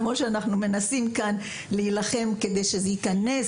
כמו שאנחנו נלחמים כאן ומנסים להכניס